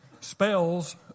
spells